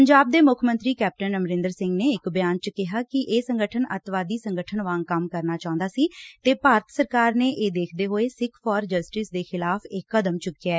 ਪੰਜਾਬ ਦੇ ਮੁੱਖ ਮੰਤਰੀ ਕੈਪਟਨ ਅਮਰਿੰਦਰ ਸਿੰਘ ਨੇ ਇਕ ਬਿਆਨ ਚ ਕਿਹਾ ਕਿ ਇਹ ਸੰਗਠਨ ਅੱਤਵਾਦੀ ਸੰਗਠਨ ਵਾਂਗ ਕੰਮ ਕਰਨਾ ਚਾਹੰਦਾ ਸੀ ਤੇ ਭਾਰਤ ਸਰਕਾਰ ਨੇ ਇਹ ਦੇਖਦੇ ਹੋਏ ਸਿੱਖਸ ਫਾਰ ਜਸਟਿਸ ਦੇ ਖਿਲਾਫ਼ ਇਹ ਕਦਮ ਚੁਕਿਐ